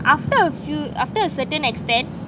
after a few after a certain extent